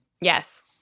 Yes